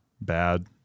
bad